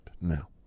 now